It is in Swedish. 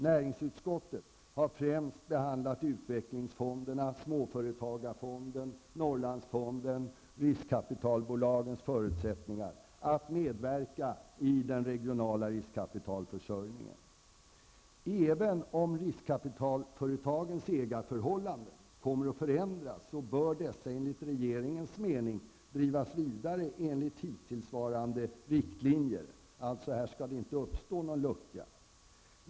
Näringsutskottet har främst behandlat utvecklingsfonderna, Småföretagsfonden, Norrlandsfonden och riskkapitalbolagens förutsättningar att medverka i den regionala riskkapitalförsörjningen. Även om riskkapitalföretagens ägarförhållanden kommer att förändras bör dessa enligt regeringens mening drivas vidare enligt hittillsvarande riktlinjer. Här skall alltså inte uppstå någon lucka.